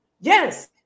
yes